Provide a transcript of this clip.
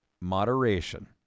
moderation